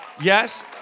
yes